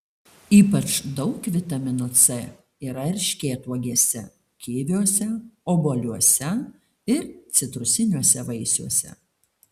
ypač daug vitamino c yra erškėtuogėse kiviuose obuoliuose ir citrusiniuose vaisiuose